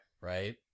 Right